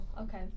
okay